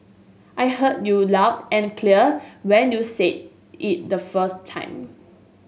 I heard you loud and clear when you said it the first time